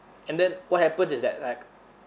and then what happens is that like